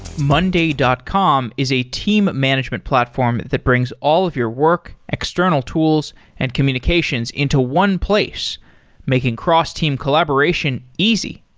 monday dot com is a team management platform that brings all of your work, external tools and communications into one place making cross-team collaboration easy.